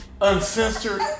uncensored